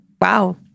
Wow